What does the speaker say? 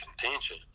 contention